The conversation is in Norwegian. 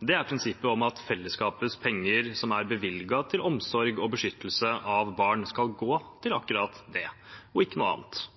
om, er prinsippet om at fellesskapets penger som er bevilget til omsorg og beskyttelse av barn, skal gå til akkurat det, og ikke noe annet –